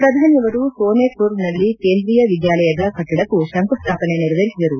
ಪ್ರಧಾನಿಯವರು ಸೋನೆಪುರ್ ನಲ್ಲಿ ಕೇಂದ್ರೀಯ ವಿದ್ಯಾಲಯದ ಕಟ್ಗಡಕ್ಕೂ ಶಂಕುಸ್ಥಾಪನೆ ನೆರವೇರಿಸಿದರು